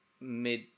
mid